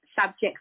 subjects